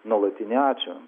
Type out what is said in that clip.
nuolatinį ačiū